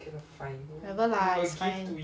whatever lah it's fine